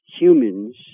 humans